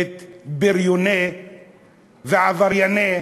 את בריוני ועברייני